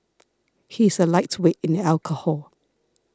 he is a lightweight in alcohol